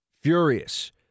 Furious